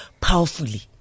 powerfully